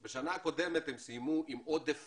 את השנה הקודמת הם סיימו עם עודף